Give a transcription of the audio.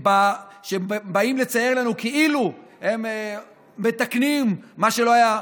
שבאים לצייר לנו כאילו הם מתקנים מה שלא יהיה.